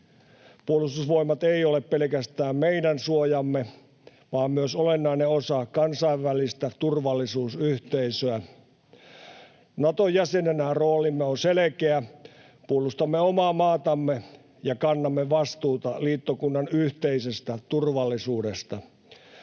Puolustusvoimat eivät ole pelkästään meidän suojamme vaan myös olennainen osa kansainvälistä turvallisuusyhteisöä. Naton jäsenenä roolimme on selkeä: puolustamme omaa maatamme ja kannamme vastuuta liittokunnan yhteisestä turvallisuudesta.